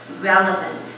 relevant